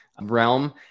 realm